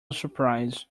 surprise